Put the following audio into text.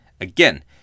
Again